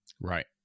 Right